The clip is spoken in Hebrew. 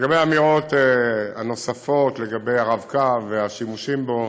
לגבי האמירות הנוספות לגבי הרב-קו והשימושים בו